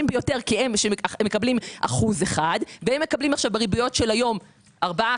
ביותר כי הם מקבלים 1% והם מקבלים הריביות של היום 4%,